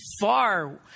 far